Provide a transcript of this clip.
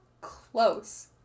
close